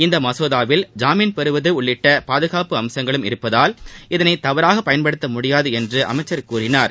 இந்த மசோதாவில் ஜாமீன் பெறுவது உள்ளிட்ட பாதுகாப்பு அம்சங்களும் இருப்பதால் இதனை தவறாக பயன்படுத்த முடியாது என்று அமைச்சர் கூறினார்